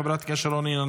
חברת הכנסת שרון ניר,